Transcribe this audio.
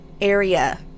area